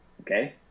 okay